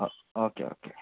okay okay